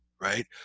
right